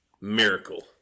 Miracle